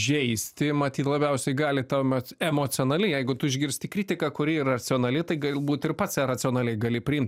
žeisti matyt labiausiai gali tuomet emocionali jeigu tu išgirsti kritiką kuri yra racionali tai gal būt ir pats ją racionaliai gali priimt